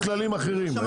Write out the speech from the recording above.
יש כללים אחרים,